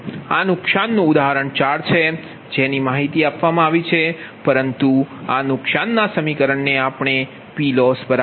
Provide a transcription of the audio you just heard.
આ નુકશાનનુ ઉદાહરણ 4 છે જેની માહિતી આપવામાં આવે છે પરંતુ આ નુકશાનના સમીકરણ ને આપણે PLoss0